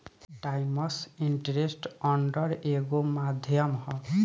times interest earned एगो माध्यम ह